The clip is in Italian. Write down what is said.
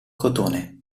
cotone